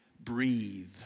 Breathe